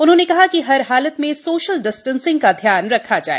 उन्होंने कहा कि हर हालत में सोशल डिस्टेन्सिंग का ध्यान रखा जाए